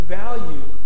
value